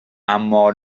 اما